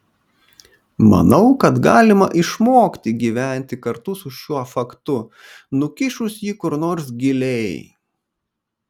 manau kad galima išmokti gyventi kartu su šiuo faktu nukišus jį kur nors giliai